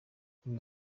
ibi